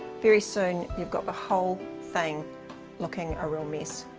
very soon you've got the whole thing looking a real mess.